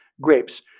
grapes